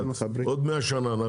עוד 100 שנה.